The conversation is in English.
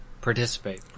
participate